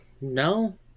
no